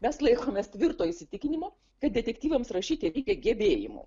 mes laikomės tvirto įsitikinimo kad detektyvams rašyti reikia gebėjimų